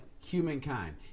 Humankind